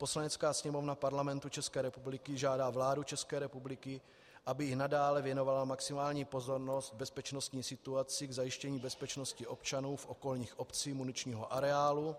Poslanecká sněmovna Parlamentu České republiky žádá vládu ČR, aby i nadále věnovala maximální pozornost bezpečnostní situaci k zajištění bezpečnosti občanů v okolních obcích muničního areálu.